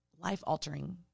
life-altering